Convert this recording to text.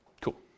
Cool